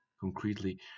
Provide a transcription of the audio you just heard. Concretely